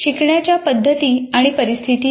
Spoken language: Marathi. शिकण्याच्या पद्धती आणि परिस्थिती आहेत